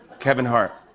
kevin hart.